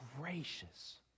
gracious